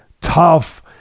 tough